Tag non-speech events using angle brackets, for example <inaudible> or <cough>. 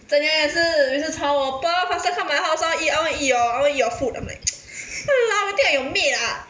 真的 meh 是每次吵我 pearl faster come my house I want eat I want eat your I want eat your food I'm like <noise> !walao! you think I your maid ah